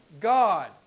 God